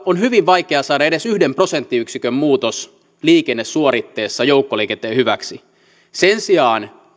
on hyvin vaikea saada edes yhden prosenttiyksikön muutos liikennesuoritteessa joukkoliikenteen hyväksi sen sijaan